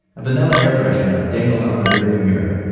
a vanilla air freshener dangled off the rear view mirror